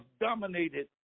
dominated